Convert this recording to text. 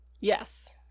Yes